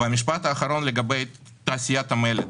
המשפט האחרון, לגבי תעשיית המלט.